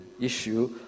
issue